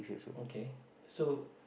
okay so